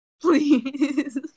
please